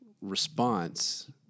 response